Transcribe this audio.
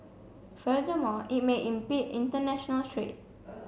furthermore it may impede international trade